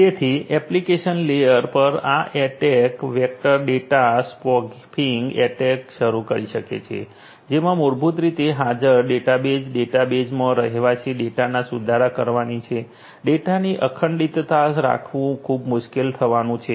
તેથી application layer પર આ attack vector data spoofing attack શરૂ કરી શકે છે જેમાં મૂળભૂત રીતે હાજર ડેટાબેઝ ડેટાબેસમાં રહેવાસી ડેટાના સુધારા કરવાની છે ડેટાની અખંડિતતા રાખવું ખુબ મુશ્કેલ થવાનું છે